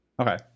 Okay